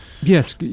Yes